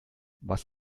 was